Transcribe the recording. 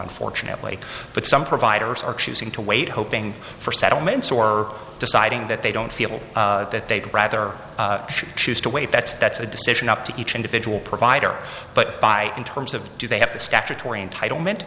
unfortunately but some providers are choosing to wait hoping for settlements or deciding that they don't feel that they'd rather choose to wait that's that's a decision up to each individual provider but by in terms of do they have the statutory entitlement